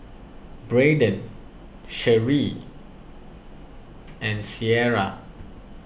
Braydon Sheri and Sierra